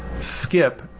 Skip